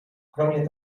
kromě